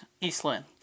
eastland